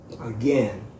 again